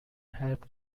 help